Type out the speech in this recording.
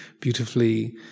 beautifully